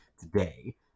today